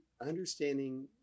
understanding